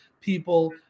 people